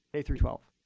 k through twelve.